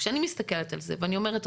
כשאני מסתכלת על זה ואני אומרת,